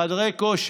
חדרי כושר,